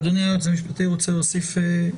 אדוני היועץ המשפטי רוצה להוסיף משהו?